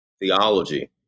theology